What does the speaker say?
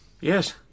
Yes